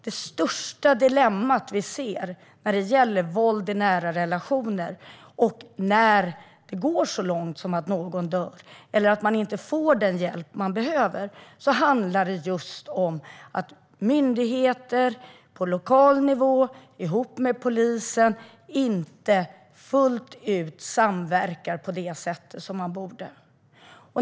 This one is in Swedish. Det största dilemma vi ser när det gäller våld i nära relationer - när man inte får den hjälp man behöver eller när det går så långt som att någon dör - är att myndigheter på lokal nivå ihop med polisen inte samverkar fullt ut på det sätt man borde.